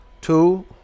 two